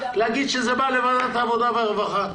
לומר שזה בא לוועדת העבודה והרווחה.